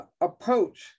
approach